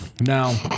Now